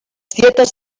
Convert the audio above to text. dietes